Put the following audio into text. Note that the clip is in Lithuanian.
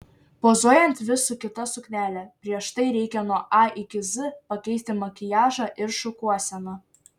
pozuojant vis su kita suknele prieš tai reikia nuo a iki z pakeisti makiažą ir šukuoseną